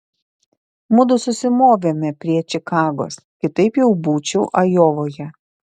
mudu susimovėme prie čikagos kitaip jau būčiau ajovoje